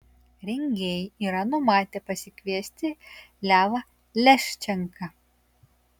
rengėjai yra numatę pasikviesti levą leščenką